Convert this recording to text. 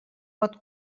pot